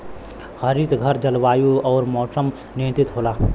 हरितघर जलवायु आउर मौसम नियंत्रित होला